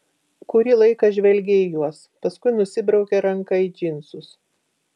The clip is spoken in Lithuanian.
kurį laiką žvelgė į juos paskui nusibraukė ranką į džinsus